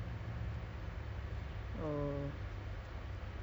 I ada sekolah ah but ada on term break sekarang